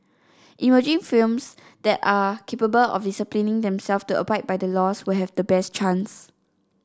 emerging firms that are capable of disciplining themselves to abide by the laws will have the best chance